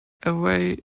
away